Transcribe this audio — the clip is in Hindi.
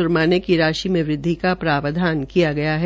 ज्र्माने की राशि में वृद्वि का प्रावधान है